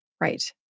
Right